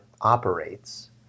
operates